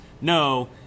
No